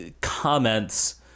comments